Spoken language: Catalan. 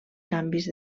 canvis